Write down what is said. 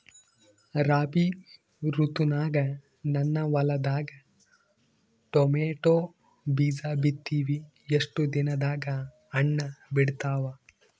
ರಾಬಿ ಋತುನಾಗ ನನ್ನ ಹೊಲದಾಗ ಟೊಮೇಟೊ ಬೀಜ ಬಿತ್ತಿವಿ, ಎಷ್ಟು ದಿನದಾಗ ಹಣ್ಣ ಬಿಡ್ತಾವ?